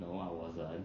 no I wasn't